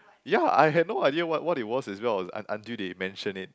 ya I had no idea what what it was as well un~ until they mentioned it